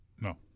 No